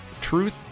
truth